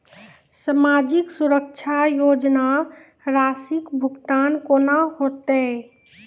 समाजिक सुरक्षा योजना राशिक भुगतान कूना हेतै?